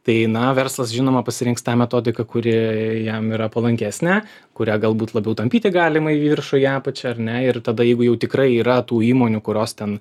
tai na verslas žinoma pasirinks tą metodiką kuri jam yra palankesnė kurią galbūt labiau tampyti galima į viršų į apačią ar ne ir tada jeigu jau tikrai yra tų įmonių kurios ten